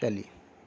چلیے